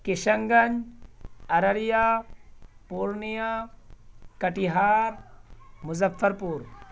کشن گنج ارریہ پورنیا کٹیہار مظفر پور